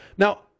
Now